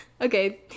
Okay